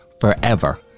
forever